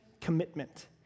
commitment